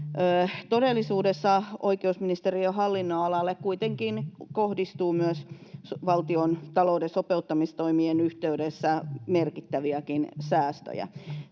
Todellisuudessa oikeusministeriön hallinnonalalle kuitenkin kohdistuu myös valtiontalouden sopeuttamistoimien yhteydessä merkittäviäkin säästöjä.